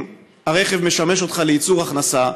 אם הרכב משמש אותך לייצור הכנסה,